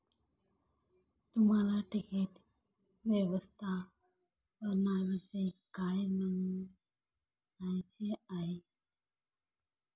तुम्हाला किटक व्यवस्थापनाविषयी काय म्हणायचे आहे?